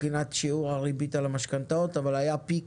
מבחינת שיעור הריבית על המשכנתאות, אבל היה פיק